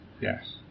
Yes